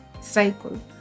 cycle